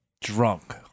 Drunk